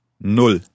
Null